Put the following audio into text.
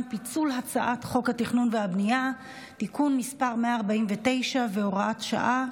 פיצול הצעת חוק התכנון והבנייה (תיקון מס' 149 והוראת שעה,